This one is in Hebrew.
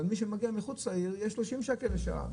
אבל מי שמגיע מחוץ לעיר יהיה 30 שקלים לשעה,